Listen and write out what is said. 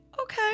Okay